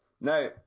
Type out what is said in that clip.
Now